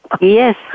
Yes